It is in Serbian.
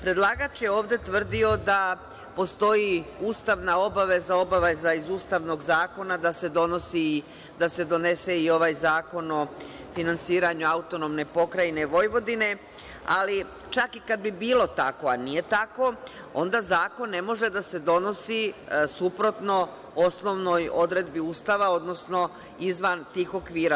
Predlagač je ovde tvrdio da postoji ustavna obaveza, obaveza iz ustavnog zakona da se donese i ovaj zakon o finansiranju AP Vojvodine, ali čak i kad bi bilo tako, a nije tako, onda zakon ne može da se donosi suprotno osnovnoj odredbi Ustava, odnosno izvan tih okvira.